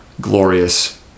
glorious